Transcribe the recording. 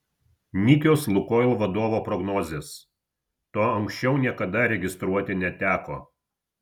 nykios lukoil vadovo prognozės to anksčiau niekada registruoti neteko